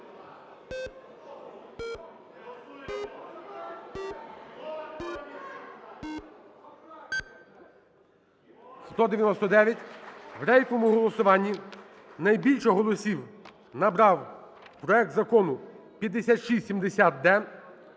У рейтинговому голосуванні найбільше голосів набрав проект Закону 5670-д.